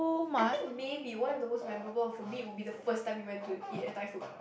I think maybe one of the most memorable for me would be the first time we went to eat at Thai food